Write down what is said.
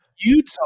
utah